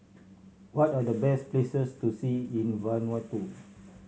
what are the best places to see in Vanuatu